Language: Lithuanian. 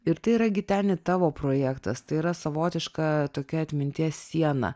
ir tai yra giteni tavo projektas tai yra savotiška tokia atminties siena